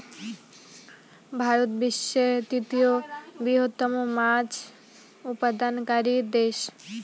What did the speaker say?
ভারত বিশ্বের তৃতীয় বৃহত্তম মাছ উৎপাদনকারী দেশ